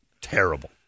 Terrible